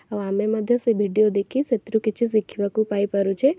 ଆଉ ଆମେ ମଧ୍ୟ ସେ ଭିଡ଼ିଓ ଦେଖି ସେଥିରୁ କିଛି ଶିଖିବାକୁ ପାଇ ପାରୁଛେ